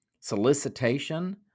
Solicitation